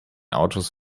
autos